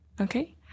Okay